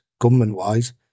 government-wise